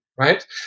right